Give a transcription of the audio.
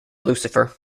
lucifer